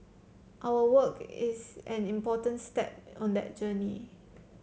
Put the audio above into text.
our work is an important step on that journey